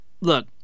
look